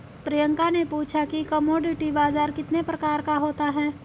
प्रियंका ने पूछा कि कमोडिटी बाजार कितने प्रकार का होता है?